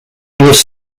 was